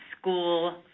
school